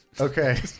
Okay